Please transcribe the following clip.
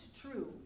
true